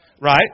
right